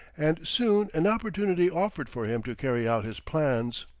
and soon an opportunity offered for him to carry out his plans.